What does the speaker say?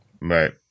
right